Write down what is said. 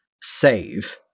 save